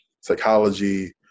psychology